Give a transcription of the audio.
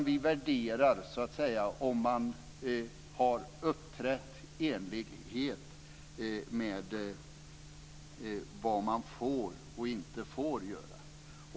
Vi värderar om man har uppträtt i enlighet med vad man får och inte får göra.